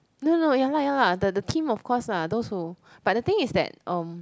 no no ya lah ya lah the the team of course lah those who but the thing is that um